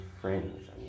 friends